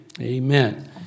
amen